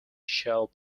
shell